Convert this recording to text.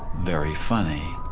very funny.